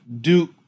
Duke